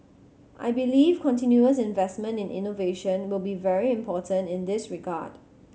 I believe continuous investment in innovation will be very important in this regard